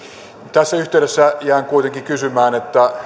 tässä yhteydessä jään kuitenkin kysymään